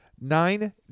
Nine